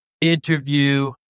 Interview